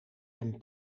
hem